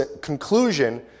conclusion